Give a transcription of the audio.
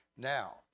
Now